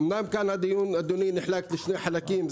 אמנם כאן הדיון אדוני נחלק לשני חלקים,